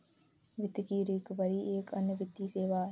वित्त की रिकवरी एक अन्य वित्तीय सेवा है